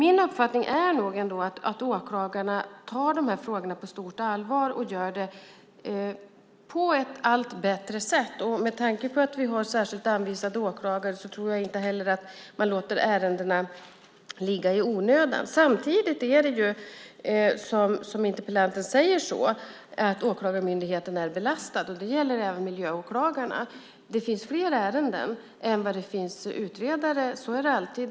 Min uppfattning är nog ändå att åklagarna tar de här frågorna på stort allvar och att de gör det på ett allt bättre sätt. Med tanke på att vi har särskilt anvisade åklagare tror jag inte att man låter ärenden ligga i onödan. Samtidigt är det så som interpellanten säger, nämligen att Åklagarmyndigheten är belastad. Det gäller även miljöåklagarna. Det finns fler ärenden än det finns utredare. Så är det alltid.